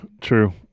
true